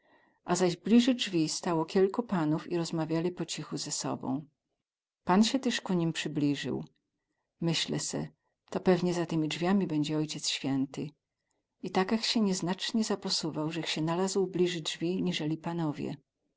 a zaś blizy drzwi stało kiełku panów i rozmawiali po cichu ze sobą pan sie tyz ku nim przyblizył myślę se to pewnie za tymi drzwiami bedzie ociec święty i tak ech sie nieznacnie zaposuwał ze ch sie nalazł blizy drzwi nizeli panowie